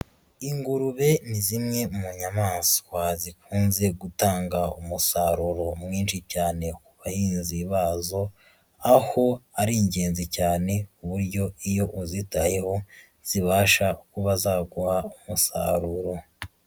Ingurube ni zimwe mu nyamaswa zikunze gutanga umusaruro mwinshi cyane ku bahinzi bazo, aho ari ingenzi cyane, ku buryo iyo uzitayeho zibasha kuba zaguha umusaruro.